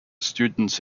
students